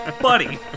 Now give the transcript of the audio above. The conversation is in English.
Buddy